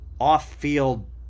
off-field